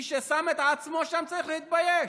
מי ששם את עצמו שם צריך להתבייש.